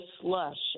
slush